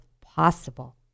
possible